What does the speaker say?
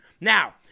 now